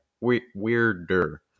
Weirder